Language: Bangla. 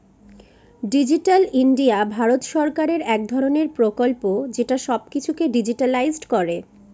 ডিজিটাল ইন্ডিয়া ভারত সরকারের এক ধরনের প্রকল্প যেটা সব কিছুকে ডিজিট্যালাইসড করে